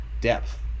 depth